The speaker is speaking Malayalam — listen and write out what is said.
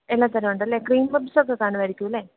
എല്ലാ തരമുണ്ടല്ലേ ക്രീം പഫ്സൊക്കെ കാണുമായിരിക്കുമല്ലേ